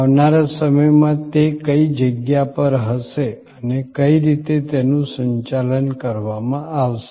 આવનાર સમય માં તે કઈ જગ્યા પર હશે અને કઈ રીતે તેનું સંચાલન કરવામાં આવશે